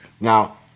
Now